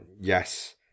yes